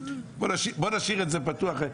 בואו נשאיר את זה פתוח,